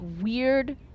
weird